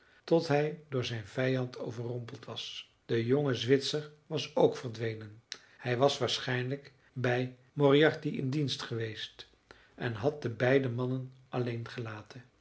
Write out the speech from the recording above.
tot hij door zijn vijand overrompeld was de jonge zwitser was ook verdwenen hij was waarschijnlijk bij moriarty in dienst geweest en had de beide mannen alleen gelaten